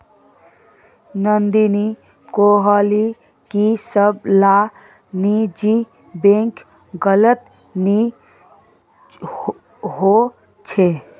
नंदिनी कोहले की सब ला निजी बैंक गलत नि होछे